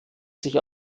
sich